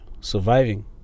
surviving